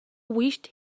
wished